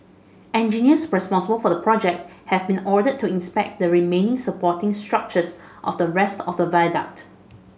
engineers responsible for the project have been ordered to inspect the remaining supporting structures of the rest of the viaduct